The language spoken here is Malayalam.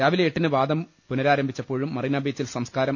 രാവിലെ എട്ടിന് വാദം പുനഃരാരംഭിച്ചപ്പോഴും മറീനാബീച്ചിൽ സംസ്കാരം